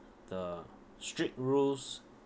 the strict rules